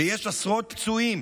ויש עשרות פצועים,